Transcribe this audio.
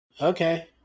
Okay